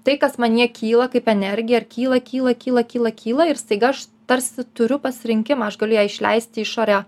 tai kas manyje kyla kaip energija ir kyla kyla kyla kyla kyla ir staiga aš tarsi turiu pasirinkimą aš galiu ją išleisti į išorę